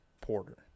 porter